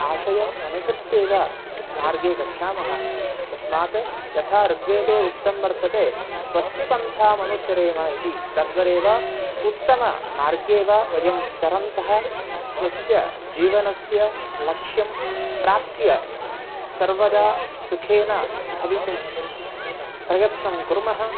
आशयम् अनुसृत्यैव मार्गे गच्छामः तस्मात् यथा ऋग्वेदे उक्तं वर्तते स्वस्तिपन्थामनुचरेम इति तद्वदेव उत्तममार्गे वा वयं चरन्तः स्वस्य जीवनस्य लक्ष्यं प्राप्य सर्वदा सुखेन भवितुं प्रयत्नं कुर्मः